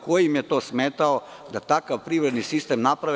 Ko im je to smetao da takav privredni sistem naprave?